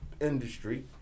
industry